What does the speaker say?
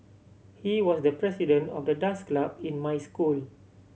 he was the president of the dance club in my school